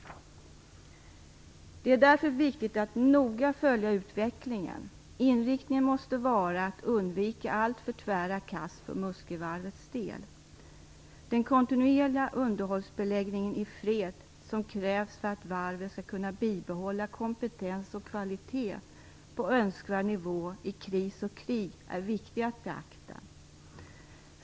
Det är därför viktigt att noga följa utvecklingen. Inriktningen måste vara att undvika alltför tvära kast för Muskövarvets del. Den kontinuerliga underhållsbeläggning i fred som krävs för att varvet skall kunna bibehålla kompetens och kvalitet på önskvärd nivå i kris och krig är viktig att beakta.